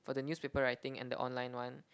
for the newspaper writing and the online one